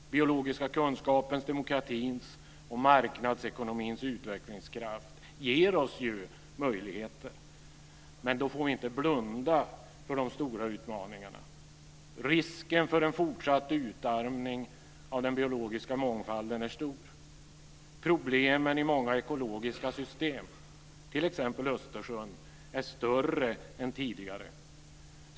Den biologiska kunskapens, demokratins och marknadsekonomins utvecklingskraft ger oss möjligheter. Men då får vi inte blunda för de stora utmaningarna - risken för en fortsatt utarmning av den biologiska mångfalden är stor. Problemen i många ekologiska system, t.ex. Östersjön, är större än tidigare.